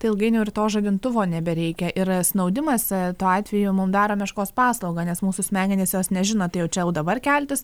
tai ilgainiui ir to žadintuvo nebereikia ir snaudimas tuo atveju mum daro meškos paslaugą nes mūsų smegenys jos nežino tai jau čia jau dabar keltis